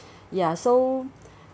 ya so